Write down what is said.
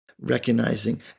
recognizing